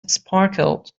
sparkled